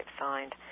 signed